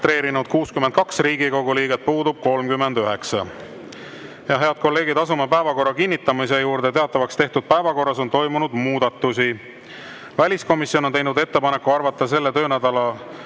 39. Head kolleegid, asume päevakorra kinnitamise juurde. Teatavaks tehtud päevakorras on toimunud muudatusi. Väliskomisjon on teinud ettepaneku arvata selle töönädala